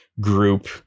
group